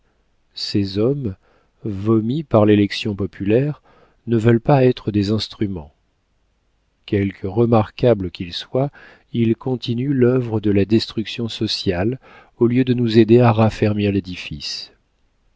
ces hommes vomis par l'élection populaire ne veulent pas être des instruments quelque remarquables qu'ils soient ils continuent l'œuvre de la destruction sociale au lieu de nous aider à raffermir l'édifice